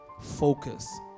Focus